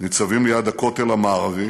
ניצבים ליד הכותל המערבי